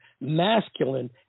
masculine